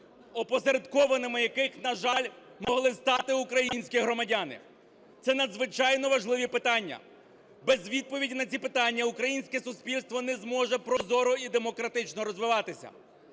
опосередкованими яких, на жаль, могли стати українські громадяни. Це надзвичайно важливі питання. Без відповіді на ці питання українське суспільство не зможе прозоро і демократично розвиватися.